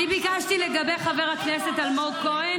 לגבי חבר הכנסת אלמוג כהן,